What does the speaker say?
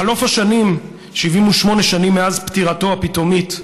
בחלוף השנים, 78 שנים מאז פטירתו הפתאומית,